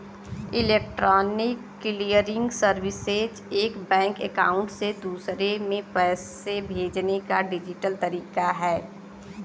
electronic clearing services एक bank account से दूसरे में पैसे भेजने का डिजिटल तरीका है